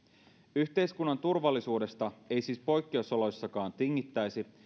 yhteiskunnan turvallisuudesta ei siis poikkeusoloissakaan tingittäisi